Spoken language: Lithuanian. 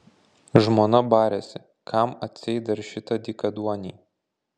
žmona barėsi kam atseit dar šitą dykaduonį